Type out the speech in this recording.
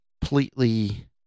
completely